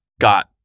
got